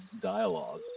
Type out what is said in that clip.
dialogue